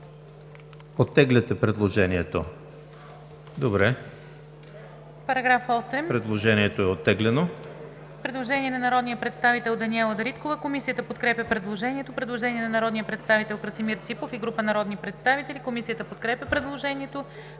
оттегляте предложението? Предложението е оттеглено. ДОКЛАДЧИК АННА АЛЕКСАНДРОВА: Предложение на народния представител Даниела Дариткова. Комисията подкрепя предложението. Предложение на народния представител Красимир Ципов и група народни представители. Комисията подкрепя предложението.